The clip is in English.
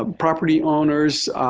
ah property owners,